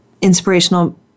inspirational